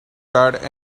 guard